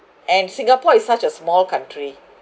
and singapore is such a small country